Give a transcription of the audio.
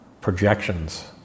projections